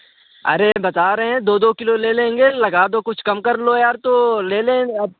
अरे यार बता रहें हैं दो दो किलो ले लेंगें लगा दो कुछ कम कर लो यार तो लेलें अब